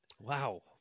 Wow